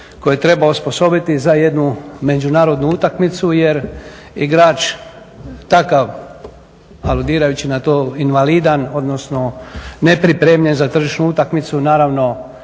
kojeg treba osposobiti za jednu međunarodnu utakmicu jer igrač takav, aludirajući na to invalidan odnosno nepripremljen za tržišnu utakmicu naravno